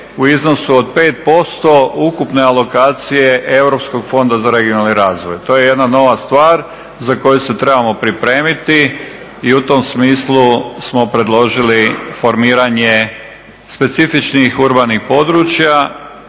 u iznosu od 5% ukupne alokacije Europskog fonda za regionalni razvoj. To je jedna nova stvar za koju se trebamo pripremiti i u tom smislu smo predložili formiranje specifičnih urbanih područja